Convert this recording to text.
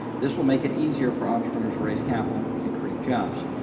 this will make it easier for entrepreneurs to raise capital and create jobs.